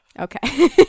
Okay